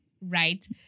right